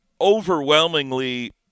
overwhelmingly